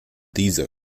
dieser